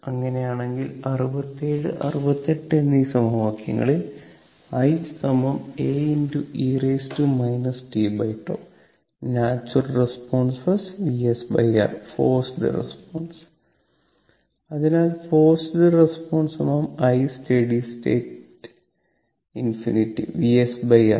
അങ്ങനെയാണെങ്കിൽ 67 68 എന്നീ സമവാക്യങ്ങൾ i A e tτ natural response VsR forced response അതിനാൽif forced response isteady state ∞ VsR